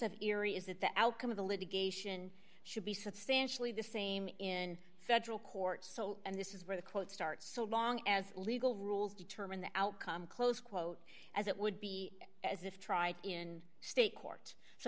of erie is that the outcome of the litigation should be substantially the same in federal court so and this is where the quote starts so long as legal rules determine the outcome close quote as it would be as if tried in state court so